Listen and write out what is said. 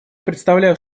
предоставляю